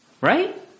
right